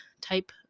type